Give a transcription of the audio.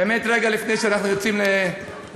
באמת, רגע לפני שאנחנו יוצאים לפגרה,